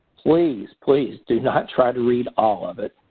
please, please, do not try to read all of it.